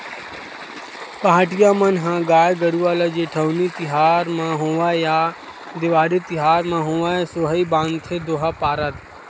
पहाटिया मन ह गाय गरुवा ल जेठउनी तिहार म होवय या देवारी तिहार म होवय सोहई बांधथे दोहा पारत